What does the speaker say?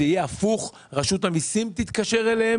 זה יהיה הפוך - רשות המיסים תתקשר אליהם